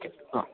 okay ആ